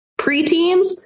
preteens